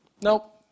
nope